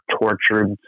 tortured